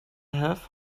have